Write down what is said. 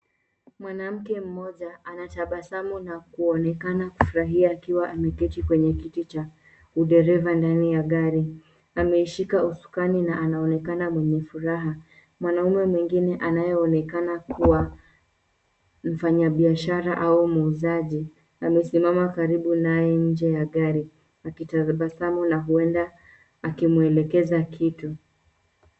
Mwanamke mmoja ana tabasamu na kuonekana kufurahia akiwa ameketi kwenye kiti cha udereva ndani ya gari. Ameishika usukani na anaonekana mwenye furaha. Mwanaume mwingine anayeonekana kuwa mfanyabiashara au muzaji amesimama karibu naye nje ya gari. Akitabasamu na huenda akimuelekeza kitu.